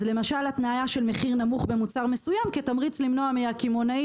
אז למשל התניה של מחיר נמוך במוצר מסוים כתמריץ למנוע מהקמעונאי